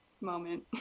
moment